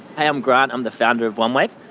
i'm grant, i'm the founder of onewave.